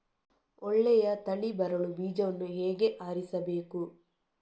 ಒಳ್ಳೆಯ ತಳಿ ಬರಲು ಬೀಜವನ್ನು ಹೇಗೆ ಆರಿಸಬೇಕು?